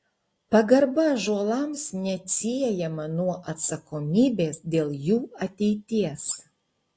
pagarba ąžuolams neatsiejama nuo atsakomybės dėl jų ateities